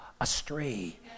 astray